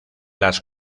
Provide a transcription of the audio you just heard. las